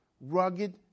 Rugged